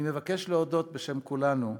אני מבקש להודות בשם כולנו,